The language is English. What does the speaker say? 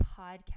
podcast